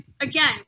again